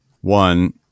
one